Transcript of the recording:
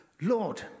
Lord